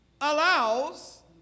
allows